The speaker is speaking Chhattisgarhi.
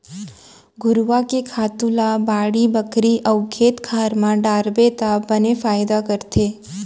घुरूवा के खातू ल बाड़ी बखरी अउ खेत खार म डारबे त बने फायदा करथे